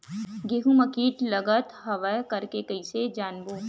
गेहूं म कीट लगत हवय करके कइसे जानबो?